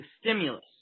stimulus